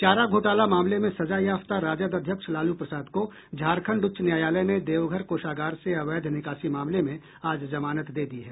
चारा घोटाला मामले में सजायाफ्ता राजद अध्यक्ष लालू प्रसाद को झारखंड उच्च न्यायालय ने देवघर कोषागार से अवैध निकासी मामले में आज जमानत दे दी है